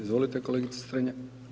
Izvolite kolegice Strenja.